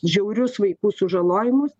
žiaurius vaikų sužalojimus